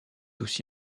aussi